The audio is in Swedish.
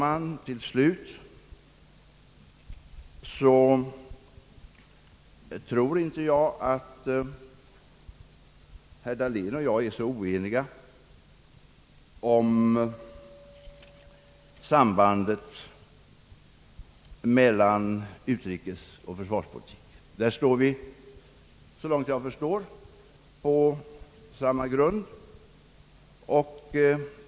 Avslutningsvis vill jag framhålla att jag inte tror att herr Dahlén och jag är så oeniga beträffande sambandet mellan utrikesoch försvarspolitik. Därvidlag står vi såvitt jag förstår på samma grund.